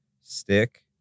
stick